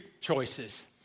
choices